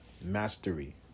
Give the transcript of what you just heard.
Mastery